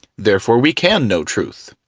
therefore we can know truth.